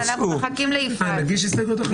מחכה ומגיע בסוף מכתב מצ'וקמק בדואר,